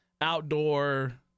outdoor